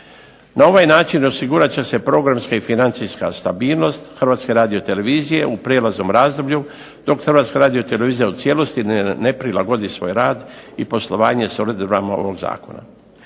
Na ovaj način osigurat će se programska i financijska stabilnost HRT-a u prijelaznom razdoblju dok HRT u cijelosti ne prilagodi svoj rad i poslovanje s uredbama ovog zakona.